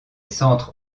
centres